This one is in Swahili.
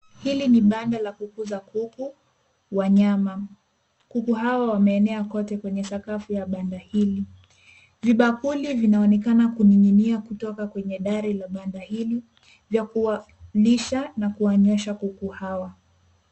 Hili ni banda la kukuza kuku wa nyama. Kuku hawa wameenea kote kwenye sakafu ya banda hili. Vibakuli vinaonekana kuning'inia kutoka kwenye dari la banda hili vya kuwalisha na kuwanyeshwa kuku hawa.